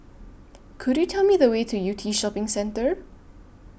Could YOU Tell Me The Way to Yew Tee Shopping Centre